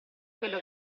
quello